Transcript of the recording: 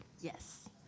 Yes